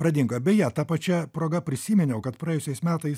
pradingo beje ta pačia proga prisiminiau kad praėjusiais metais